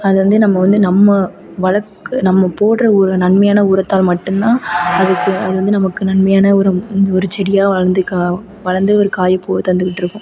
அது வந்து நம்ம வந்து நம்ம வளக்கு நம்ம போடுற உ நன்மையான உரத்தால் மட்டும் தான் அதுக்கு அது வந்து நமக்கு நன்மையான உரம் வந்து ஒரு செடியாக வளர்ந்து கா வளர்ந்து ஒரு காய பூவை தந்துக்கிட்டு இருக்கும்